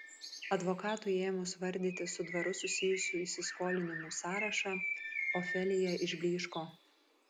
advokatui ėmus vardyti su dvaru susijusių įsiskolinimų sąrašą ofelija išblyško